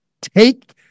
take